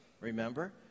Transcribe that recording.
remember